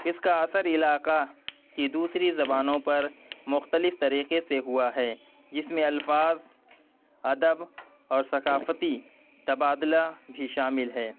اس کا اثر علاقہ کی دوسری زبانوں پر مختلف طریقے سے ہوا ہے جس میں الفاظ ادب اور ثقافتی تبادلہ بھی شامل ہے